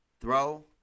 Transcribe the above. throw